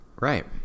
Right